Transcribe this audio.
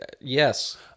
yes